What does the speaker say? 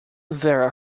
vera